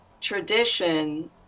tradition